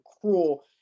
cruel